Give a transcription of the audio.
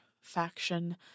faction